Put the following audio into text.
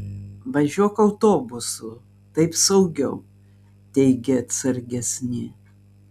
važiuok autobusu taip saugiau teigė atsargesni